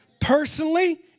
personally